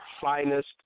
finest